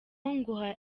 ngo